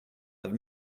have